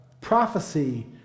prophecy